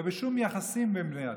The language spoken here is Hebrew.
ובשום יחסים בין בני אדם.